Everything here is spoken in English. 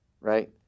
right